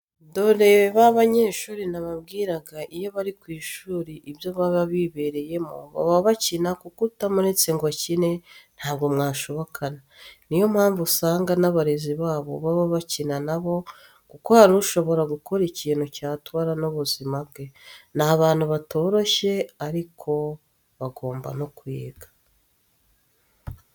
Dore b'abanyeshuri nababwiraga iyo bari ku ishuri ibyo baba bibereyemo baba bakina kuko utamuretse ngo akine ntabwo mwashobokana, ni yo mpamvu usanga n'abarezi babo baba bakina na bo kuko hari ushobora gukora ikintu cyatwara n'ubuzima bwe n'abantu batoroshye ariko bagumba no kwiga.